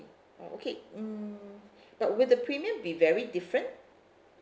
oh okay mm but will the premium be very different